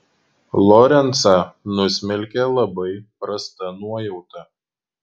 lorencą nusmelkė labai prasta nuojauta